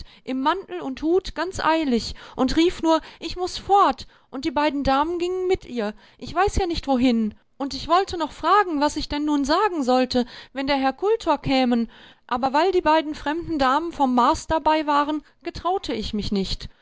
im mantel und hut ganz eilig und rief nur ich muß fort und die beiden damen gingen mit ihr ich weiß ja nicht wohin und ich wollte noch fragen was ich denn nun sagen sollte wenn der herr kultor kämen aber weil die beiden fremden damen vom mars dabei waren getraute ich mich nicht